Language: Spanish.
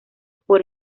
por